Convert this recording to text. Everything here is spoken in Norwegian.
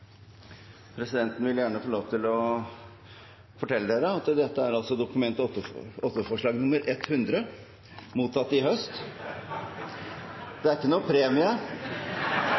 Presidenten vil gjerne få lov til å fortelle dere at dette er Dokument 8-forslag nr. 100 mottatt i høst. Det er ikke noen premie